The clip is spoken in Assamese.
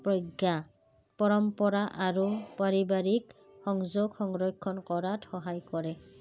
প্ৰজ্ঞা পৰম্পৰা আৰু পাৰিবাৰিক সংযোগ সংৰক্ষণ কৰাত সহায় কৰে